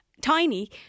tiny